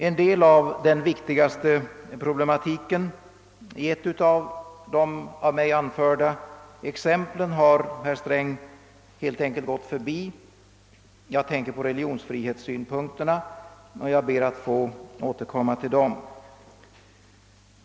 — En del av den viktigaste problematiken i ett av de av mig anförda exemplen har herr Sträng helt enkelt gått förbi. Jag tänker på religionsfrihetssynpunkterna, och jag ber att få återkomma till dem.